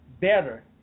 better